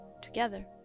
together